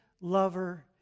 lover